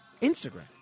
Instagram